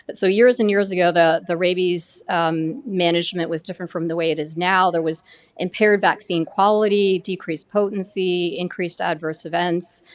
but so, years and years ago the the rabies management was different from the way it is now. there was impaired vaccine quality, decrease potency, increased adverse events.